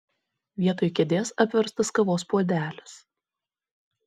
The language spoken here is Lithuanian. vietoj kėdės apverstas kavos puodelis